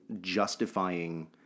justifying